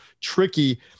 tricky